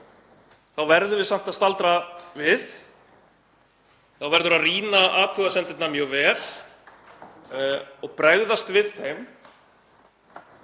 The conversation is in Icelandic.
verðum við samt að staldra við. Þá verður að rýna athugasemdirnar mjög vel og bregðast við þeim,